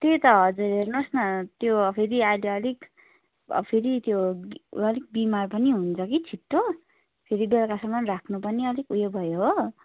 त्यही त हजुर हेर्नु होस् न त्यो फेरि अहिले अलिक फेरि त्यो अलिक बिमार पनि हुन्छ कि छिटो फेरि बेलुकासम्म राख्नु पनि अलिक उयो भयो हो